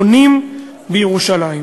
בונים בירושלים.